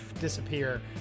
disappear